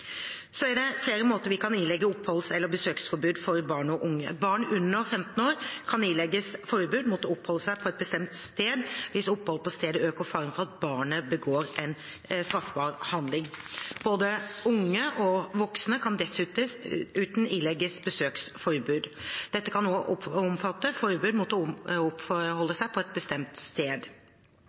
er flere måter vi kan ilegge oppholds- eller besøksforbud for barn og unge på. Barn under 15 år kan ilegges forbud mot å oppholde seg på et bestemt sted hvis opphold på stedet øker faren for at barnet begår en straffbar handling. Både unge og voksne kan dessuten ilegges besøksforbud. Dette kan også omfatte forbud mot å oppholde seg på et bestemt sted.